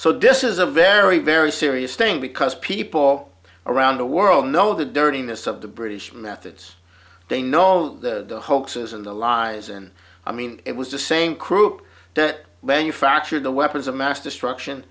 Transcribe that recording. disses a very very serious thing because people around the world know the dirtiness of the british methods they know the hoaxes and the lies and i mean it was the same croupe that manufactured the weapons of mass destruction